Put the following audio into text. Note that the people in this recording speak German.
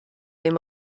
dem